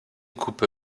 coupe